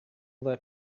that